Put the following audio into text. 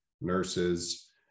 nurses